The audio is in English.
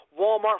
Walmart